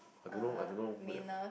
I don't know I don't know who that